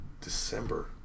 December